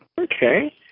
Okay